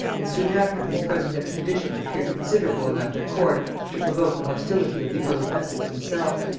and soon after his present expedition appeared considerable enough at court to provoke the hostility of the earl of essex himself.